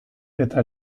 eta